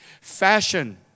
Fashion